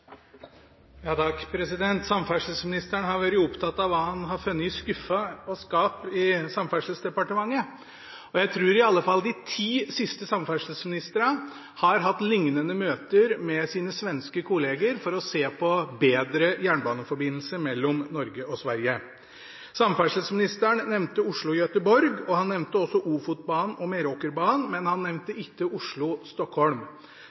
Samferdselsministeren har vært opptatt av hva han har funnet i skuffer og skap i Samferdselsdepartementet. Jeg tror i alle fall de ti siste samferdselsministrene har hatt lignende møter med sine svenske kolleger for å se på bedre jernbaneforbindelse mellom Norge og Sverige. Samferdselsministeren nevnte Oslo–Göteborg. Han nevnte også Ofotbanen og Meråkerbanen, men han